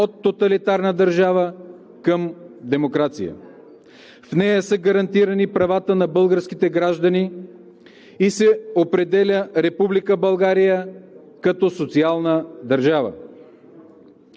от тоталитарна държава към демокрация. В нея са гарантирани правата на българските граждани и се определя Република България като социална държава.